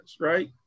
right